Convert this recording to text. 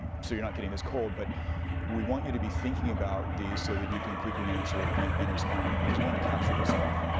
so you're not getting this cold, but we want you to be thinking about these so that you can quickly answer and respond, because we wanna capture this stuff.